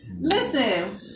listen